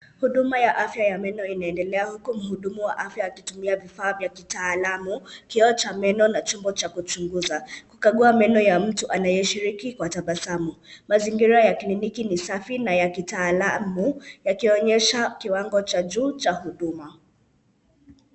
Huduma ya afya ya meno inaendelea huku muhudumu wa afya akitumia vifaa vya kitalaamu, kioo cha meno na chombo cha kuchunguza, kukagua meno ya mtu anayetabasamu. Mazingira ya kliniki ni safi na ya kitaalamu yakionyesha kiwango ja juu cha huduma.